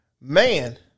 man